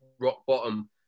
rock-bottom